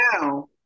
now